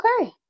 okay